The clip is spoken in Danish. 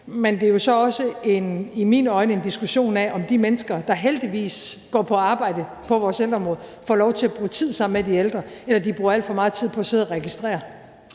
men det er jo så også i mine øjne en diskussion om, om de mennesker, der heldigvis går på arbejde på vores ældreområde, får lov til at bruge tid sammen med de ældre, eller om de bruger alt for meget tid på at sidde og registrere